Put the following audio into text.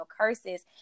curses